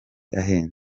ahenze